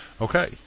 Okay